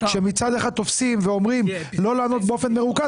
שמצד אחד תופסים ואומרים לא לענות באופן מרוכז,